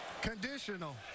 Conditional